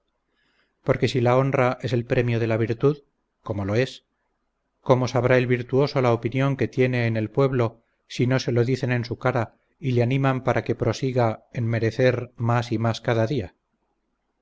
porque si la honra es el premio de la virtud como lo es cómo sabrá el virtuoso la opinión que tiene en el pueblo si no se lo dicen en su cara y le animan para que prosiga en merecer mas y más cada día